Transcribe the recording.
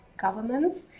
governments